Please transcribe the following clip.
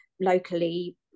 locally